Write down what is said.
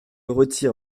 retire